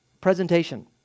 presentation